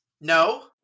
no